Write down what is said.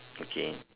okay